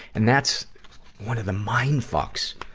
and that's one of the mindfucks,